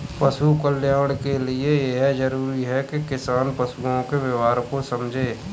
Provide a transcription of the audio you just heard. पशु कल्याण के लिए यह जरूरी है कि किसान पशुओं के व्यवहार को समझे